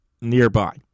nearby